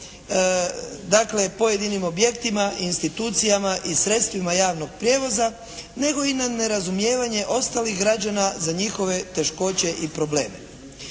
dakle pojedinim objektima, institucijama i sredstvima javnog prijevoza, nego i na nerazumijevanje ostalih građana za njihove teškoće i probleme.